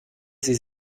sie